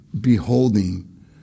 beholding